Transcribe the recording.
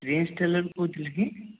prince Taylor କହୁଥିଲେ କି